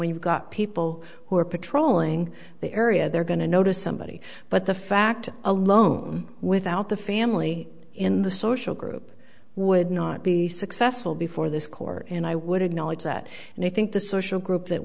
you've got people who are patrolling the area they're going to notice somebody but the fact alone without the family in the social group would not be successful before this court and i would acknowledge that and i think the social group that